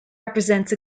represents